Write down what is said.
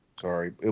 Sorry